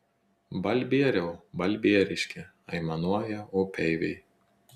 balbieriau balbieriški aimanuoja upeiviai